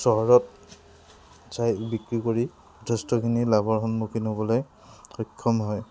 চহৰত যাই বিক্ৰী কৰি যথেষ্টখিনি লাভৰ সন্মুখীন হ'বলৈ সক্ষম হয়